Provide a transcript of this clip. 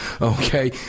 okay